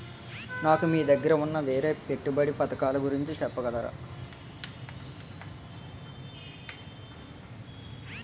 నాకు మీ దగ్గర ఉన్న వేరే పెట్టుబడి పథకాలుగురించి చెప్పగలరా?